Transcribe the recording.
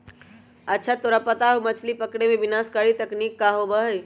अच्छा तोरा पता है मछ्ली पकड़े में विनाशकारी तकनीक का होबा हई?